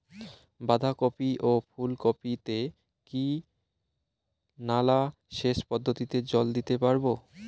বাধা কপি ও ফুল কপি তে কি নালা সেচ পদ্ধতিতে জল দিতে পারবো?